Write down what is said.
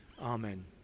Amen